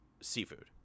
seafood